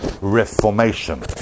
reformation